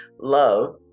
Love